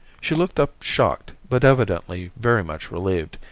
she looked up shocked, but evidently very much relieved,